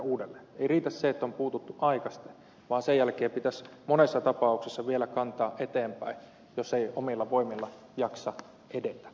ei riitä se että on puututtu aikaisemmin vaan sen jälkeen pitäisi monessa tapauksessa vielä kantaa eteenpäin jos ei omilla voimilla jaksa edetä